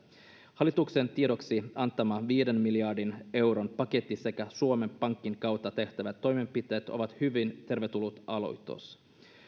hallituksen tiedoksi antama viiden miljardin euron paketti sekä suomen pankin kautta tehtävät toimenpiteet ovat hyvin tervetulleita aloitteita